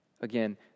Again